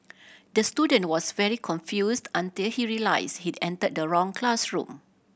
the student was very confused until he realised he entered the wrong classroom